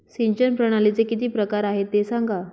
सिंचन प्रणालीचे किती प्रकार आहे ते सांगा